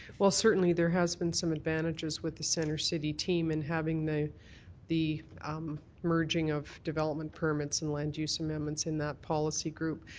well, certainly, there has been some advantages with the centre city team and having the the um merging of development permits and land use amendments in that policy group.